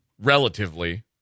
relatively